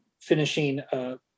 finishing